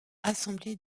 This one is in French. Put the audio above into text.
assemblée